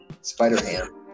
spider-ham